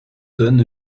donne